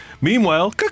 Meanwhile